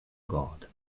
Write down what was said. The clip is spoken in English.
god